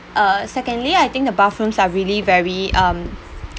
uh secondly I think the bathrooms are really very um